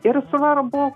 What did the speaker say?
ir svarbu